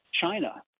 China